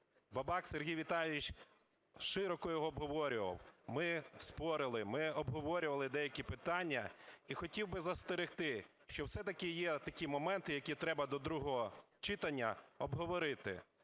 Бабак Сергій Віталійович широко його обговорював, ми спорили, ми обговорювали деякі питання. І хотів би застерегти, що все-таки є такі моменти, які треба до другого читання обговорити.